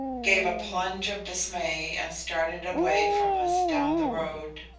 gave a plunge of dismay and started away from us down the road.